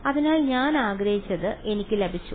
അതിനാൽ ഞാൻ ആഗ്രഹിച്ചത് എനിക്ക് ലഭിച്ചു